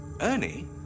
Ernie